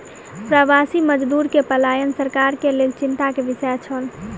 प्रवासी मजदूर के पलायन सरकार के लेल चिंता के विषय छल